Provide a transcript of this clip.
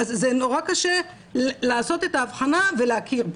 נורא קשה לעשות את האבחנה ולהכיר בו.